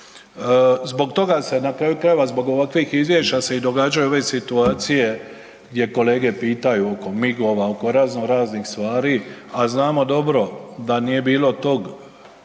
Zbog toga se na kraju krajeve, zbog ovakvih izvješća se i događaju ove situacije gdje kolege pitaju oko MIG-ova, oko razno raznih stvari, a znamo dobro da nije bilo tog,